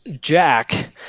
Jack